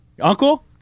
uncle